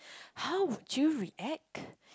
how would you react